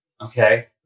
Okay